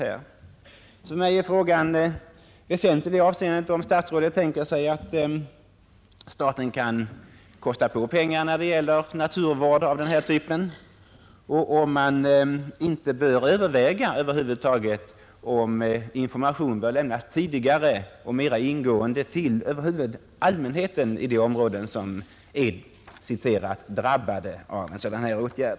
För mig är frågan i detta avseende väsentlig om statsrådet tänker sig att staten kan kosta på pengar när det gäller naturvård av denna typ och om man inte över huvud taget bör överväga att lämna information tidigare och mera ingående till allmänheten i de områden som blir ”drabbade” av en sådan här åtgärd.